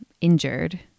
injured